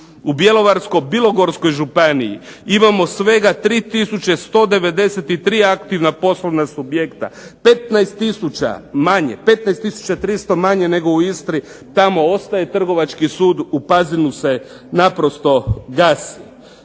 U Bjelovarsko-bilogorskoj županiji imamo svega 3193 aktivna poslovna subjekta, 15000 manje, 15300 manje nego u Istri. Tamo ostaje trgovački sud, u Pazinu se naprosto gasi.